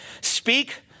speak